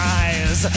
eyes